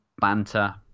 banter